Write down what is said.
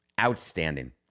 Outstanding